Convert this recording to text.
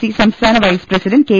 C സംസ്ഥാന vice president K